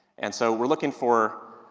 and so, we're looking for, ah,